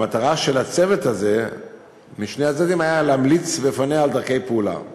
המטרה של הצוות הזה משני הצדדים הייתה להמליץ בפניה על דרכי פעולה.